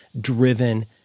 driven